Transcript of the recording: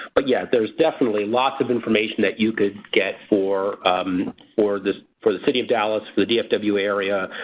but yes there's definitely lots of information that you could get for for this, for the city of dallas, for the dfw area,